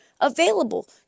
available